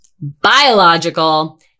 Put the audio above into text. Biological